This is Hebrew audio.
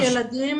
יש ילדים